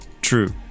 True